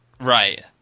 Right